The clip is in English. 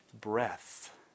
breath